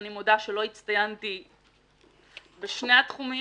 אני מודה שלא הצטיינתי בשני התחומים.